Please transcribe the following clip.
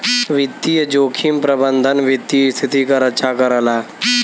वित्तीय जोखिम प्रबंधन वित्तीय स्थिति क रक्षा करला